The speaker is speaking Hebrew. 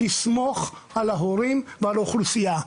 לסמוך על ההורים ועל האוכלוסייה.